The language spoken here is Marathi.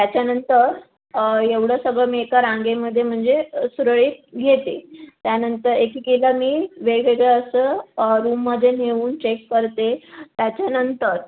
त्याच्यानंतर एवढं सगळं मी एका रांगेमध्ये म्हणजे सुरळीत घेते त्यानंतर एकेकीला मी वेगवेगळं असं रुममध्ये नेऊन चेक करते त्याच्यानंतर